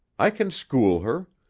i can school her.